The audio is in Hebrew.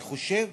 אני חושב